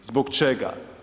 Zbog čega?